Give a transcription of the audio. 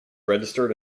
registered